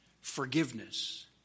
forgiveness